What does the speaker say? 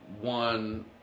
one